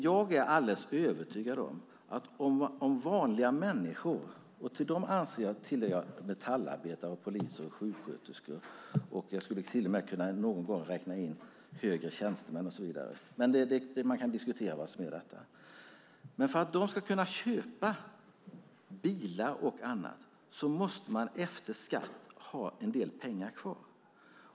Jag är alldeles övertygad om att för att vanliga människor - till dem anser jag hör metallarbetare, poliser och sjuksköterskor; jag skulle till och med någon gång kunna räkna in högre tjänstemän, men man kan diskutera vad som är det rätta - ska kunna köpa bilar och annat måste de efter skatt ha en del pengar kvar.